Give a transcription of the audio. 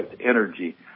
energy